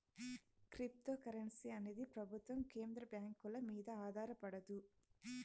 cryptocurrency అనేది ప్రభుత్వం కేంద్ర బ్యాంకుల మీద ఆధారపడదు